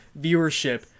viewership